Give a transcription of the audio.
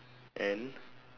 and